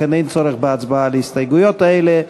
לכן אין צורך בהצבעה על ההסתייגויות האלה.